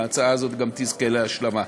ההצעה הזאת גם תזכה להשלמה.